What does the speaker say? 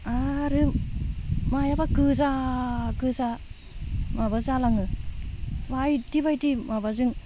आरो मायाबा गोजा गोजा माबा जालाङो बायदि बायदि माबाजों